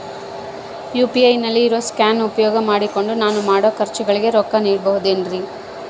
UPI ನಲ್ಲಿ ಇರೋ scan ಉಪಯೋಗ ಮಾಡಿಕೊಂಡು ನಾನು ಮಾಡೋ ಖರ್ಚುಗಳಿಗೆ ರೊಕ್ಕ ನೇಡಬಹುದೇನ್ರಿ?